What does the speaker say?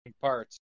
parts